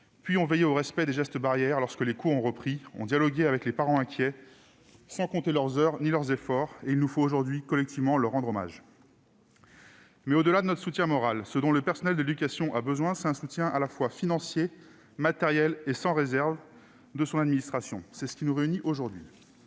repris, ont veillé au respect des gestes barrières et ont dialogué avec les parents inquiets sans compter leurs heures ni leurs efforts. Nous devons aujourd'hui collectivement leur rendre hommage. Au-delà de notre soutien moral, ce dont le personnel de l'éducation a besoin, c'est une aide à la fois financière et matérielle, et un soutien sans réserve de son administration. C'est ce qui nous réunit aujourd'hui.